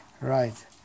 Right